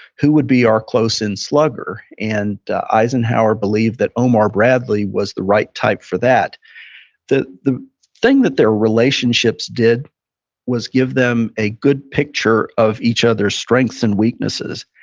who would be our close in slugger? and eisenhower believed that omar bradley was the right type for that the the thing that their relationships did was give them a good picture of each other's strengths and weaknesses.